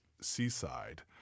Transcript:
seaside